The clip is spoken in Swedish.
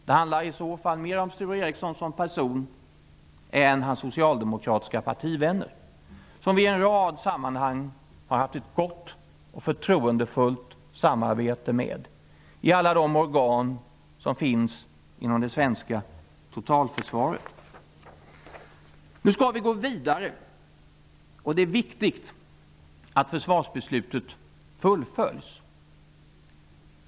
Det handlar i så fall mera om Sture Ericson som person än om hans socialdemokratiska partivänner, som vi i en rad sammanhang har haft ett gott och förtroendefullt samarbete med, i alla de organ som finns inom det svenska totalförsvaret. Nu skall vi gå vidare, och det är viktigt att försvarsbeslutet fullföljs.